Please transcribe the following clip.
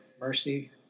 Mercy